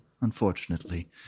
unfortunately